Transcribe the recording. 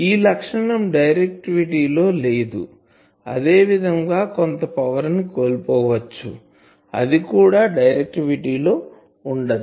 ఈ లక్షణం డైరెక్టివిటీ లో లేదు అదే విధం గా కొంత పవర్ ని కోల్పోవచ్చు అది కూడా డైరెక్టివిటీ లో ఉండదు